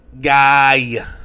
guy